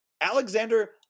Alexander